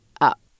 up